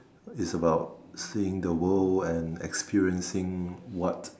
it's about seeing the world and experiencing what